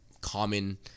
common